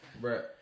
Bro